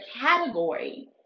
category